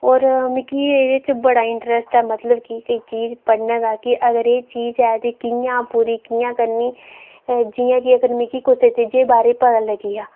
और मिकी एह्दे च बड़ा इंटरेस्ट ऐ मतलब कि चीज पढ़ने दा कि अगर ए चीज ऐ ते कि'यां पूरी कि'यां करनी जि'यां कि अगर मिकी कुसै चीजै बारे पता लग्गी जा